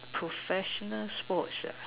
professional sports